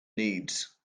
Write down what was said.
needs